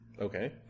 Okay